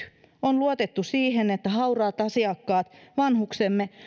on luotettu siihen että hauraat asiakkaat vanhuksemme